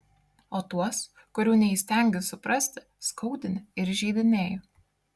o tuos kurių neįstengi suprasti skaudini ir įžeidinėji